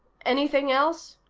anything else?